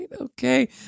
Okay